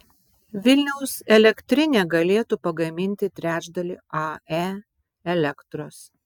vilniaus elektrinė galėtų pagaminti trečdalį ae elektros